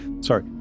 Sorry